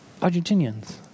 Argentinians